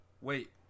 Wait